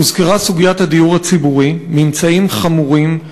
הוזכרה סוגיית הדיור הציבורי, ממצאים חמורים,